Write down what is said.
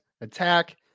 attack